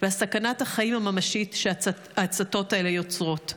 ועל סכנת החיים הממשית שההצתות האלה יוצרות.